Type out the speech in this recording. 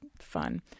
fun